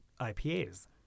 IPAs